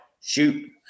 shoot